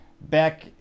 back